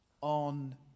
on